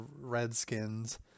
Redskins